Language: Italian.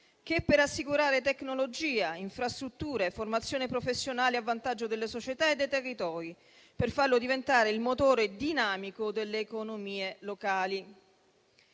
che per assicurare tecnologia, infrastrutture, formazione professionale a vantaggio delle società e dei territori, per farlo diventare il motore dinamico delle economie locali.